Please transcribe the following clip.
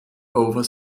over